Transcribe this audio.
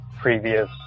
previous